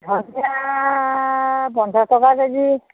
ধনিয়া পঞ্চাছ টকা কেজি